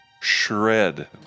shred